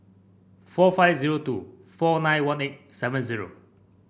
four five zero two four nine one eight seven zero